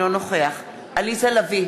אינו נוכח עליזה לביא,